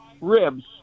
ribs